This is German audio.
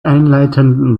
einleitenden